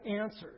answers